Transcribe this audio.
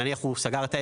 נניח והוא סגר את העסק,